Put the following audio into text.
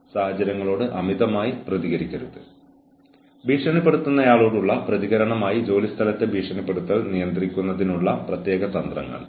കൂടാതെ അച്ചടക്ക നടപടി സ്വീകരിക്കുന്നതിലേക്ക് നയിക്കുന്ന ദുരാചാരമായി തരംതിരിച്ച പെരുമാറ്റങ്ങളുടെ ഒരു ലിസ്റ്റ്